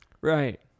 Right